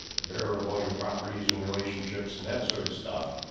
the bearer of all your properties and relationships and that sort of stuff